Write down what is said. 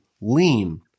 lean